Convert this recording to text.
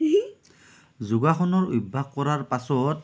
যোগাসনৰ অভ্যাস কৰাৰ পাছত